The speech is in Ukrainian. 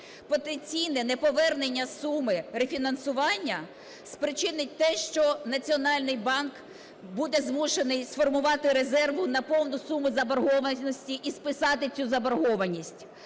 Потенційне неповернення суми рефінансування спричинить те, що Національний банк буде змушений сформувати резерв на повну суму заборгованості і списати цю заборгованість.